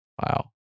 Wow